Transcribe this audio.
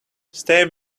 stay